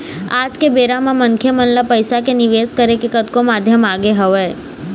आज के बेरा म मनखे मन ल पइसा के निवेश करे के कतको माध्यम आगे हवय